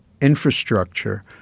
infrastructure